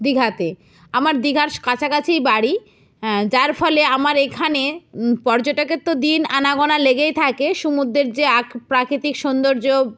দীঘাতে আমার দীঘার কাছাকাছিই বাড়ি হ্যাঁ যার ফলে আমার এখানে পর্যটকের তো দিন আনাগোনা লেগেই থাকে সমুদ্রের যে প্রাকতিক সৌন্দর্য